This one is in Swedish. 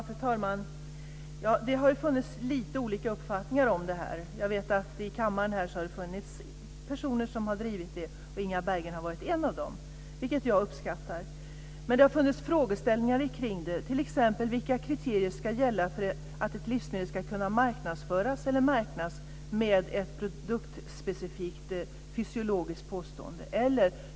Fru talman! Det har ju funnits lite olika uppfattningar om detta. Jag vet att det har funnits personer här i kammaren som har drivit detta, och Inga Berggren har varit en av dem, vilket jag uppskattar. Det har funnits frågeställningar kring detta som man har behövt reda ut. T.ex. vilka kriterier som ska gälla för att ett livsmedel ska kunna marknadsföras eller märkas med ett produktspecifikt fysiologiskt påstående?